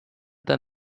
than